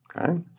Okay